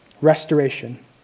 restoration